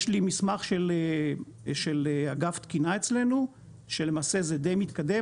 יש לי מסמך של אגף תקינה אצלנו שלמעשה זה די מתקדם,